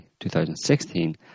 2016